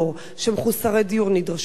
שמחוסרי דיור נדרשים לעבור,